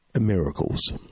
miracles